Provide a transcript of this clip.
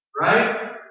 right